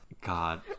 God